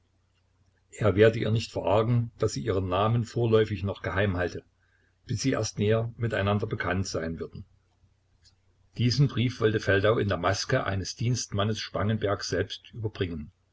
er werde ihr nicht verargen daß sie ihren namen vorläufig noch geheim halte bis sie erst näher mit einander bekannt sein würden diesen brief wollte feldau in der maske eines dienstmannes spangenberg selbst überbringen